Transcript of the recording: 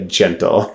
gentle